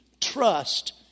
trust